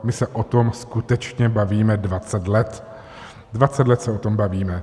My se o tom skutečně bavíme 20 let, 20 let se o tom bavíme.